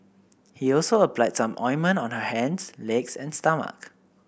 he also applied some ointment on her hands legs and stomach